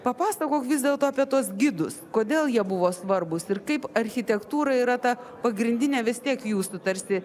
papasakok vis dėlto apie tuos gidus kodėl jie buvo svarbūs ir kaip architektūra yra ta pagrindinė vis tiek jūs tarsi